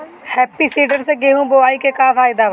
Happy seeder से गेहूं बोआई के का फायदा बा?